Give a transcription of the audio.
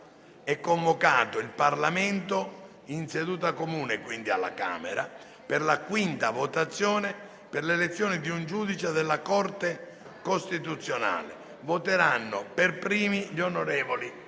è convocato il Parlamento in seduta comune, alla Camera, per la quinta votazione per l'elezione di un giudice della Corte costituzionale. Voteranno per primi gli onorevoli